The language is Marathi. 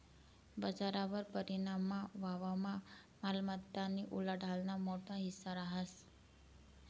बजारवर परिणाम व्हवामा मालमत्तानी उलाढालना मोठा हिस्सा रहास